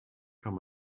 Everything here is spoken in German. kann